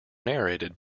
narrated